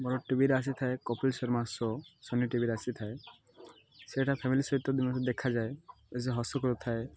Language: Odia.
ବଡ଼ ଟିଭିରେ ଆସିଥାଏ କପିଲ୍ ଶର୍ମା ସୋ ସୋନି ଟିଭିରେ ଆସିଥାଏ ସେଇଟା ଫ୍ୟାମିଲି ସହିତ ଦେଖାଯାଏ ସେ ହସ କରୁଥାଏ